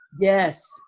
Yes